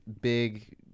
big